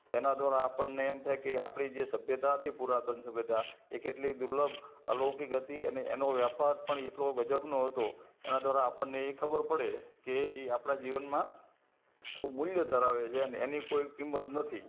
તો એના દ્વારા આપણને એમ થાય કે આપણી જે સભ્યતા હતી પુરાતન સભ્યતા એ કેટલી દુર્લભ અલૌકિક હતી અને એનો વ્યાપાર પણ એટલો ગજબનો હતો એના દ્વારા આપણને એ ખબર પડે કે એ આપણાં જીવનમાં ખૂબ મૂલ્ય ધરાવે છે અને એની કોઈ કિંમત નથી